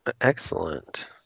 excellent